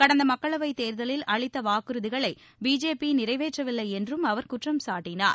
கடந்த மக்களவைத் தேர்தலில் அளித்த வாக்குறுதிகளை பிஜேபி நிறைவேற்றவில்லை என்றும் அவர் குற்றம்சாட்டினார்